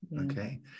Okay